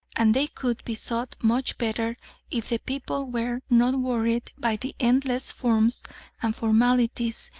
and they could be sought much better if the people were not worried by the endless forms and formalities,